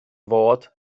fod